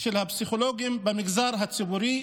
של הפסיכולוגים במגזר הציבורי,